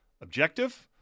objective